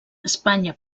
espanya